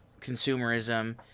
consumerism